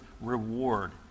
reward